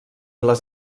les